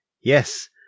Yes